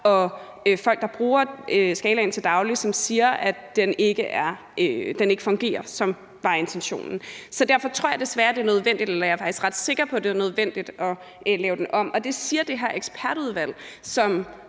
og folk, der bruger skalaen til daglig, og som siger, at den ikke fungerer, som det var intentionen. Derfor tror jeg desværre, det er nødvendigt – eller det jeg er faktisk ret sikker på – at lave den om, og det siger det her ekspertudvalg, som